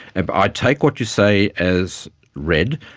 and i take what you say as read.